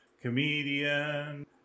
comedian